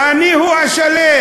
אני הוא השליט.